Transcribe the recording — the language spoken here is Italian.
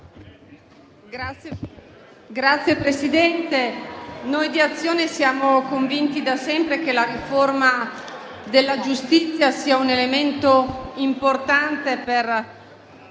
Signora Presidente, noi di Azione siamo convinti da sempre che la riforma della giustizia sia un elemento importante per